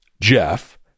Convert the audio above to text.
Jeff